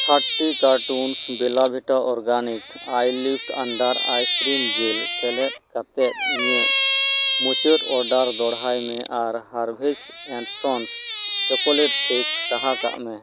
thirty cartons ᱵᱮᱞᱟ ᱵᱷᱤᱴᱟ organic eye lift under eye cream gel ᱥᱮᱞᱮᱫ ᱠᱟᱛᱮᱫ ᱤᱧᱟᱹᱜ ᱢᱩᱪᱟᱹᱫ ᱚᱨᱰᱟᱨ ᱫᱚᱦᱲᱟᱭ ᱢᱮ ᱟᱨ herbs and sons chocolate shake ᱥᱟᱦᱟ ᱠᱟᱜ ᱢᱮ